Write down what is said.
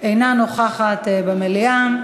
אינה נוכחת במליאה.